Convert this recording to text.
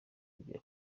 kugera